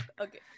Okay